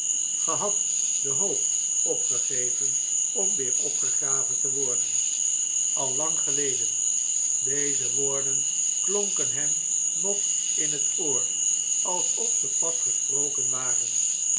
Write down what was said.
de hoop opgegeven omweeropgegraven te worden al lang geleden deze woorden klonken hem alsof ze pas gesproken waren